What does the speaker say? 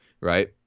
Right